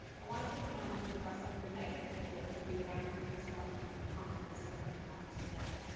i want to take a moment to address some of the negative reports on the iraq reconstruction conference that have come out today.